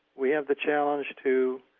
we have the challenge to